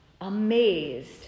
amazed